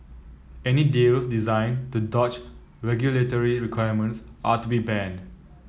any deals designed to dodge regulatory requirements are to be banned